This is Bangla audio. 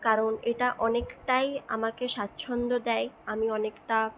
কারণ এটা অনেকটাই আমাকে স্বাচ্ছন্দ্য দেয় আমি অনেকটা